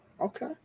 Okay